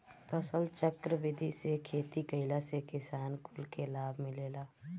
फसलचक्र विधि से खेती कईला में किसान कुल के लाभ मिलेला